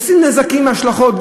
עושים נזקים מההשלכות,